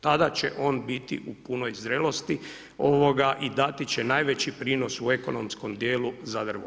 Tada će on biti u punoj zrelosti i dati će najveći prinos u ekonomskom dijelu za drvo.